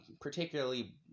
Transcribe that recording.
particularly